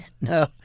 No